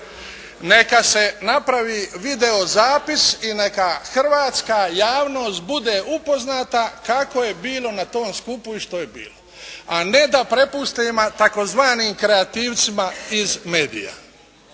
neka se napravi video zapis i neka hrvatska javnost bude upoznata kako je bilo na tom skupu i što je bilo, a ne da prepustimo tzv. kreativcima iz medija.